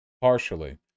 partially